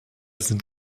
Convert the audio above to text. sind